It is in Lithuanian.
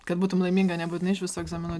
kad būtum laiminga nebūtinai iš visų egzaminų